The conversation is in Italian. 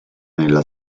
nella